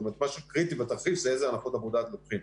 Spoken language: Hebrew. זאת אומרת מה שקריטי בתרחיש זה איזה הנחות עבודה לוקחים.